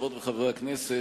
חברות וחברי הכנסת,